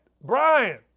Brian